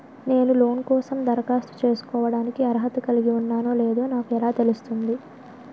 నేను లోన్ కోసం దరఖాస్తు చేసుకోవడానికి అర్హత కలిగి ఉన్నానో లేదో నాకు ఎలా తెలుస్తుంది?